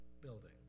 building